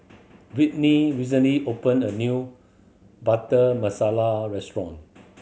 Brittni recently opened a new Butter Masala restaurant